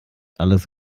alles